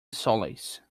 solace